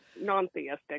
Non-theistic